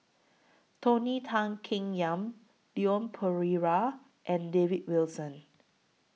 Tony Tan Keng Yam Leon Perera and David Wilson